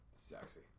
Sexy